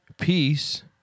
peace